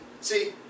See